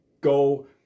go